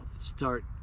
Start